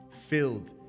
filled